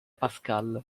pascal